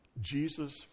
Jesus